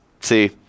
see